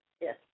Yes